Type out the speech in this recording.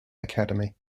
academy